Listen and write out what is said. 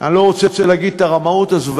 אני לא רוצה להגיד את "הרמאות הזאת",